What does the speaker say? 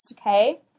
okay